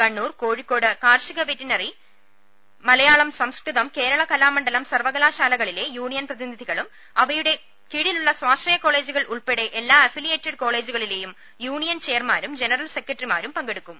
കണ്ണൂർ കോഴിക്കോട് ്കാർഷിക വെറ്ററിനറി മലയാളം സംസ്കൃതം കേരള കലാമണ്ഡ്ലം സർവകലാശാലകളിലെ യൂണിയൻ പ്രതിനിധികളും അവയുടെ കീഴിലെ സ്വാശ്രയ കോളേജുകൾ ഉൾപ്പെടെ എല്ലാ അഫിലിയേറ്റഡ് കോളേജു കളിലേയും യൂണിയൻ ചെയർമാൻമാരും ജനറൽ സെക്രട്ടറി മാരും പങ്കെടുക്കും